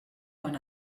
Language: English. when